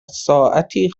ساعتی